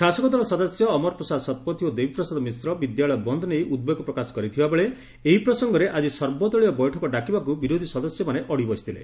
ଶାସକଦଳ ସଦସ୍ୟ ଅମର ପ୍ରସାଦ ଶତପଥୀ ଓ ଦେବୀ ପ୍ରସାଦ ମିଶ୍ର ବିଦ୍ୟାଳୟ ବନ୍ଦ ନେଇ ଉଦ୍ବେଗ ପ୍ରକାଶ କରିଥିବାବେଳେ ଏହି ପ୍ରସଙ୍ଗରେ ଆକି ସର୍ବଦଳୀୟ ବୈଠକ ଡାକିବାକୁ ବିରୋଧି ସଦସ୍ୟମାନେ ଅଡି ବସିଥିଲେ